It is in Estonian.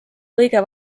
kõige